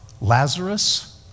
Lazarus